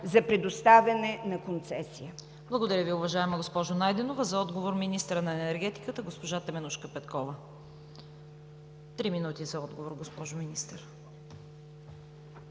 за предоставяне на концесия?